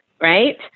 right